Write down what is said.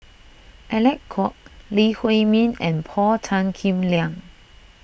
Alec Kuok Lee Huei Min and Paul Tan Kim Liang